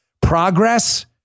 Progress